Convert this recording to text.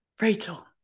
Rachel